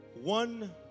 one